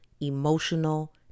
emotional